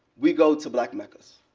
we go to black meccas.